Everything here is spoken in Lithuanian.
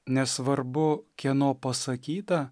nesvarbu kieno pasakyta